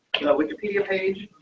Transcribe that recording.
you know, wikipedia page.